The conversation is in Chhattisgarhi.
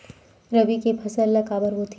रबी के फसल ला काबर बोथे?